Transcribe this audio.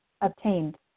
obtained